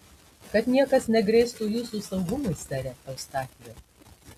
kad niekas negrėstų jūsų saugumui sere eustachijau